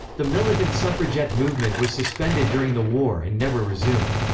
the militant suffragette movement was suspended during the war and never resumed.